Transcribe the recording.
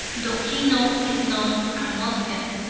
though he know it not, a moslem.